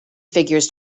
figures